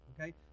okay